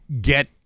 get